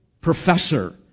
professor